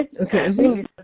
Okay